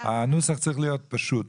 הנוסח צריך להיות פשוט.